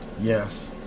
Yes